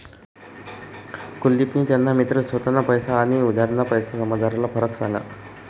कुलदिपनी त्याना मित्रले स्वताना पैसा आनी उधारना पैसासमझारला फरक सांगा